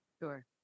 Sure